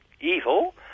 evil